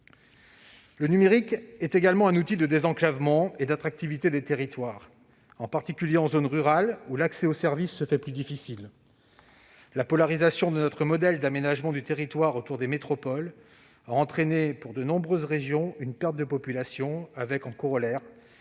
Le numérique est également un outil de désenclavement et d'attractivité des territoires, en particulier en zone rurale, où l'accès aux services est plus difficile. La polarisation de notre modèle d'aménagement du territoire autour des métropoles a entraîné pour de nombreuses régions une perte de population avec, en corollaire,